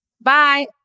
Bye